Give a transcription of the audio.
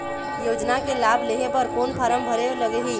योजना के लाभ लेहे बर कोन फार्म भरे लगही?